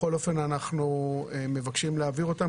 בכל אופן אנחנו מבקשים להעביר אותם